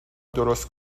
درست